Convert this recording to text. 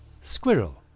Squirrel